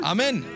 Amen